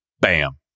bam